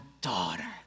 daughter